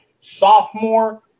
sophomore